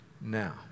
Now